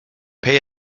pay